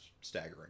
staggering